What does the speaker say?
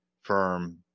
firm